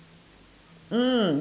mm